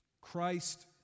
Christ